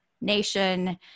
nation